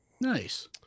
Nice